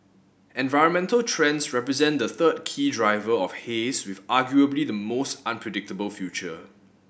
environmental trends represent the third key driver of haze with arguably the most unpredictable future